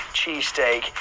cheesesteak